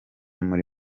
muri